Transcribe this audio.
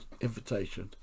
invitation